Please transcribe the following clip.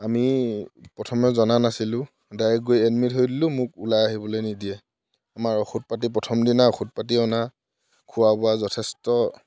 আমি প্ৰথমে জনা নাছিলোঁ ডাইৰেক্ট গৈ এডমিট হৈ দিলোঁ মোক ওলাই আহিব নিদিয়ে আমাৰ ঔষধ পাতি প্ৰথম দিনা ঔষধ পাতি অনা খোৱা বোৱা যথেষ্ট